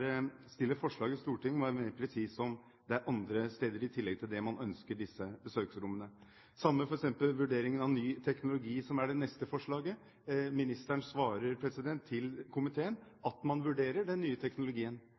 mer presis – om det er andre steder, i tillegg til disse, der man ønsker slike besøksrom. Det samme gjelder f.eks. vurderingen av ny teknologi, som er det neste forslaget. Ministeren svarer til komiteen at man vurderer den nye teknologien,